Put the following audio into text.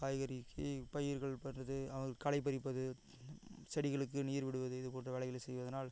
காய்கறிக்கு பயிர்கள் போடுறது அவைக்கு களை பறிப்பது செடிகளுக்கு நீர் விடுவது இதுபோன்ற வேலைகளை செய்வதனால்